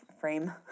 frame